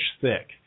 thick